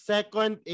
Second